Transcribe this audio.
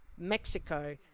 mexico